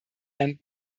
and